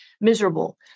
miserable